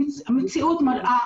אבל המציאות מראה